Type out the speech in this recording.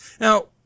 Now